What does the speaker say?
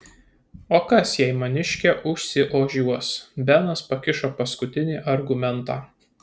o kas jei maniškė užsiožiuos benas pakišo paskutinį argumentą